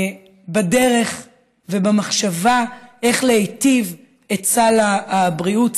בדרך ובמחשבה איך להיטיב את סל הבריאות,